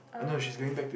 ah